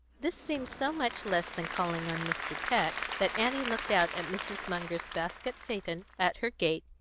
this seemed so much less than calling on mr. peck that annie looked out at mrs. munger's basket-phaeton at her gate,